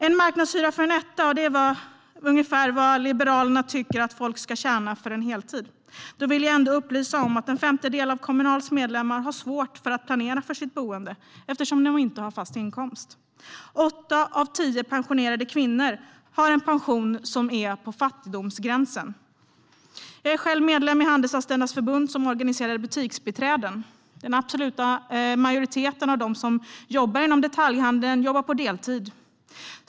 En marknadshyra för en etta, det är ungefär vad Liberalerna tycker att folk ska tjäna på ett heltidsjobb. Då vill jag upplysa om att en femtedel av Kommunals medlemmar har svårt att planera sitt boende eftersom de inte har fast inkomst. Åtta av tio pensionerade kvinnor har en pension som är på fattigdomsgränsen. Jag är själv medlem i Handelsanställdas förbund, som organiserar butiksbiträden. Den absoluta majoriteten av dem som jobbar inom detaljhandeln jobbar deltid.